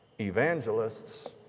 evangelists